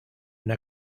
una